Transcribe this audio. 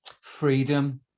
freedom